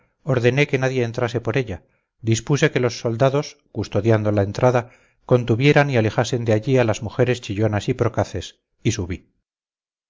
ordené que nadie entrase por ella dispuse que los soldados custodiando la entrada contuvieran y alejasen de allí a las mujeres chillonas y procaces y subí